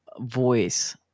voice